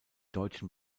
deutschen